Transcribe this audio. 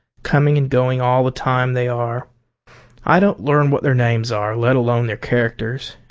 coming and going all the time, they are i don't learn what their names are, let alone their characters,